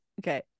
Okay